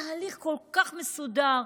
תהליך כל כך מסודר,